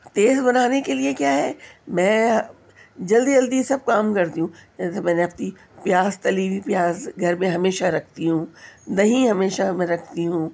تیز بنانے کے لیے کیا ہے میں جلدی جلدی سب کام کرتی ہوں جیسے میں نے اپنی پیاز تلی ہوئی پیاز گھر پہ ہمیشہ رکھتی ہوں دہی ہمیشہ میں رکھتی ہوں